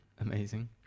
Amazing